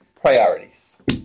priorities